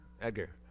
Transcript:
Edgar